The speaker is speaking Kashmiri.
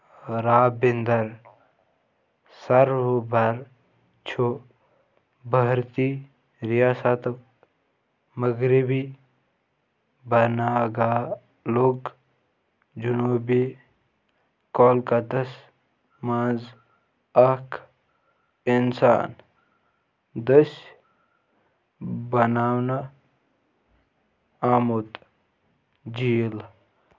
رابِنٛدَر سروبَر چھُ بھارتی رِیاسَتُک مغربی بنٛاگالُک جنوٗبی کولکتَس منٛز اکھ اِنسان دٔسۍ بنٛاونہٕ آمُت جِیٖل